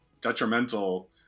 detrimental